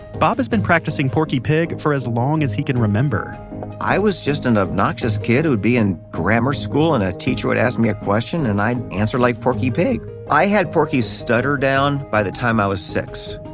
bob has been practicing porky for as long as he can remember i was just an obnoxious kid who'd be in grammar school, and a teacher would ask me a question and i'd answer like porky pig i had porky's stutter down by the time i was six.